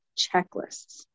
checklists